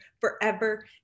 forever